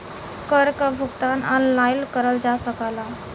कर क भुगतान ऑनलाइन करल जा सकला